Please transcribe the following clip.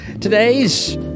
Today's